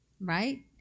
right